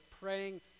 praying